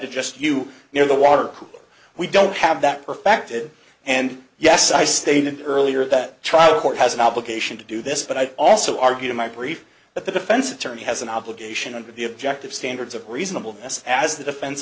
to just you know the water we don't have that perfected and yes i stated earlier that trial court has an obligation to do this but i also argue to my proof that the defense attorney has an obligation under the objective standards of reasonableness as the defen